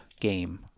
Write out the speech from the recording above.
game